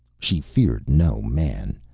she feared no man.